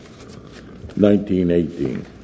1918